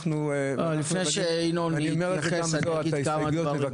לפני שינון יתייחס אני אגיד כמה דברים.